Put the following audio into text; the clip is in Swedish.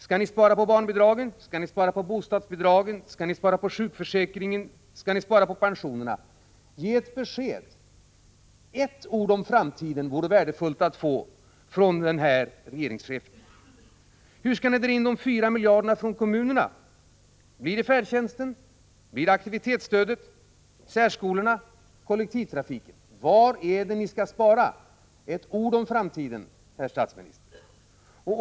Skall ni spara på barnbidragen, bostadsbidragen, sjukförsäkringen eller pensionerna? Ge ett besked! Ett ord om framtiden vore värdefullt att få från regeringschefen. Hur skall ni dra in de 4 miljarderna från kommunerna? Blir det från färdtjänsten, aktivitetsstödet, särskolorna eller kollektivtrafiken? Var skall ni spara? Ge oss ett ord om framtiden, herr statsminister!